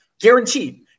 Guaranteed